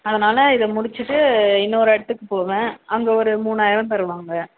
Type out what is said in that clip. அதனால் இதை முடிச்சுட்டு இன்னொரு இடத்துக்கு போவேன் அங்கே ஒரு மூணாயிரம் தருவாங்க